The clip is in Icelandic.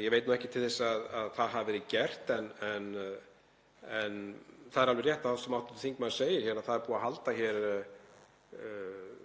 Ég veit nú ekki til þess að það hafi verið gert. En það er alveg rétt sem hv. þingmaður segir að það er búið að halda hér